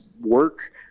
work